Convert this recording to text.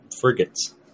Frigates